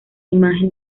imagen